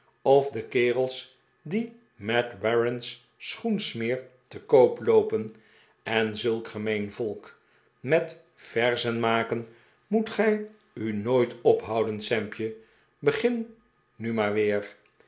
of de kerels die met warren's schoensmeer te koop loopen en zulk gemeen volk met verzenmaken moet gij u nooit ophouden sampje begin nu maar weer